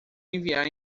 enviar